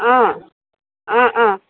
অ অ অ